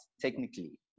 Technically